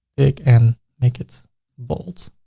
big and make it bold.